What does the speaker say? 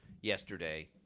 yesterday